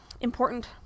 important